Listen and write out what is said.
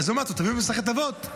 אז אמר: תביאו מסכת אבות.